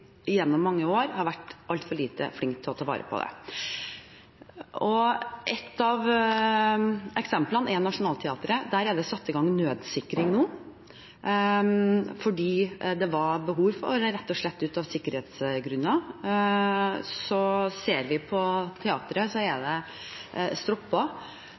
gjennom mange år har vært altfor lite flinke til å ta vare på dem. Et av eksemplene er Nationaltheatret. Der er det nå satt i gang nødsikring, fordi det var behov for det rett og slett av sikkerhetsmessige grunner. Ser vi på teatret, er det stroppet, og det er